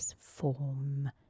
form